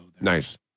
Nice